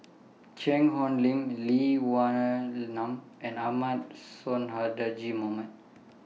Cheang Hong Lim Lee Wee Nam and Ahmad Sonhadji Mohamad